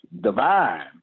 divine